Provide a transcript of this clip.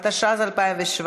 התשע"ז 2017,